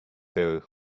there